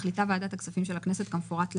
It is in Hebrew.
מחליטה ועדת הכספים של הכנסת כמפורט להלן: